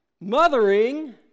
Mothering